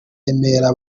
remera